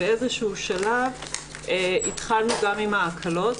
באיזה שלב התחלנו גם עם ההקלות,